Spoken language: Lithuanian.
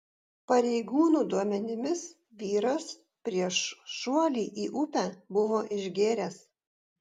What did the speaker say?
pareigūnų duomenimis vyras prieš šuolį į upę buvo išgėręs